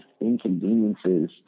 inconveniences